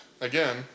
Again